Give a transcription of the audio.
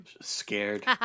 scared